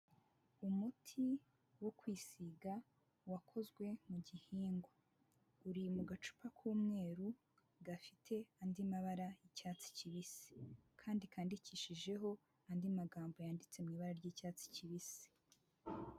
Umuti wo kwisiga wakozwe mu gihingwa. Uri mu gacupa k'umweru gafite andi mabara y'icyatsi kibisi, kandi kandikishijeho andi magambo yanditse mu ibara ry'icyatsi kibisi.